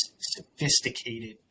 sophisticated